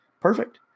perfect